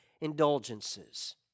indulgences